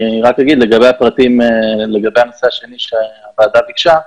אני רק אגיד לגבי הנושא השני שהוועדה ביקשה,